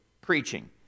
preaching